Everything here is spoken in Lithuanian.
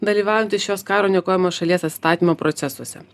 dalyvaujantys šios karo niokojamos šalies atstatymo procesuose